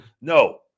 no